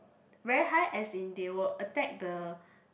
very high as in they will attack the